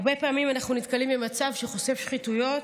הרבה פעמים אנחנו נתקלים במצב שחושף שחיתויות,